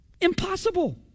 Impossible